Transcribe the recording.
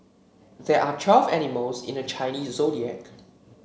there are twelve animals in the Chinese Zodiac